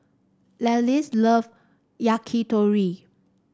Celeste love Yakitori